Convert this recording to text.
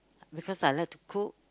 because I like to cook